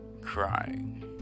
crying